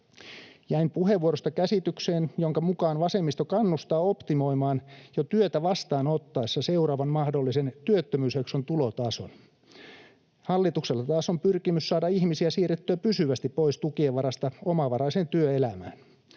Jäin puheenvuorosta käsitykseen, jonka mukaan vasemmisto kannustaa optimoimaan jo työtä vastaanotettaessa seuraavan mahdollisen työttömyysjakson tulotason. Hallituksella taas on pyrkimys saada ihmisiä siirrettyä pysyvästi pois tukien varasta omavaraiseen työelämään.